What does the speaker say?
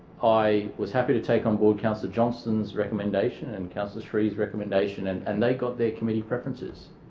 i was happy to take on board councillor johnston's recommendation and councillor sri's recommendation. and and they got their committee preferences.